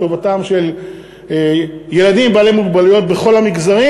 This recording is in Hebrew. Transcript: לטובתם של ילדים בעלי מוגבלויות בכל המגזרים.